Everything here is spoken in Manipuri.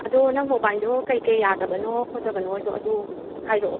ꯑꯗꯣ ꯅꯪ ꯃꯣꯕꯥꯏꯜꯗꯣ ꯀꯩ ꯀꯩ ꯌꯥꯗꯕꯅꯣ ꯈꯣꯠꯇꯕꯅꯣꯏꯗꯣ ꯑꯗꯨ ꯍꯥꯏꯔꯛꯑꯣ